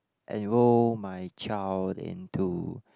enroll my child into